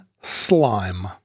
slime